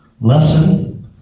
lesson